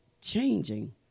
changing